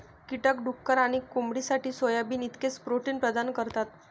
कीटक डुक्कर आणि कोंबडीसाठी सोयाबीन इतकेच प्रोटीन प्रदान करतात